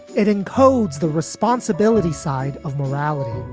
it encodes the responsibility side of morality.